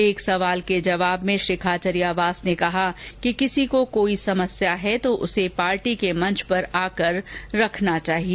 एक सवाल के जवाब में श्री खाचरियावास ने कहा कि किसी को कोई समस्या है तो उसे पार्टी के मंच पर आकर रखना चाहिए